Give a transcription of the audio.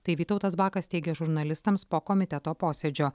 tai vytautas bakas teigė žurnalistams po komiteto posėdžio